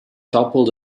toppled